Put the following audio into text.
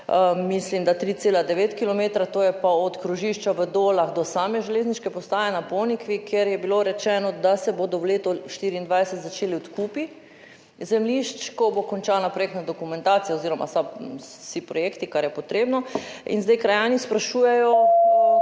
kilometra? To je od krožišča v Dolah do same železniške postaje na Ponikvi, kjer je bilo rečeno, da se bodo v letu 2024 začeli odkupi zemljišč, ko bo končana projektna dokumentacija oziroma vsi projekti, kar je potrebno, in zdaj krajani sprašujejo,